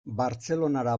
bartzelonara